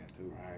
Right